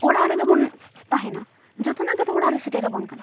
ᱚᱲᱟᱜ ᱨᱮᱜᱮᱵᱚᱱ ᱛᱟᱦᱮᱱᱟ ᱡᱷᱚᱛᱚᱱᱟᱜ ᱜᱮᱛᱚ ᱚᱲᱟᱜ ᱨᱮ ᱥᱮᱴᱮᱨᱟᱵᱚᱱ ᱠᱟᱱᱟ